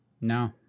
No